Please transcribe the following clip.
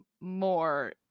more